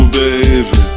baby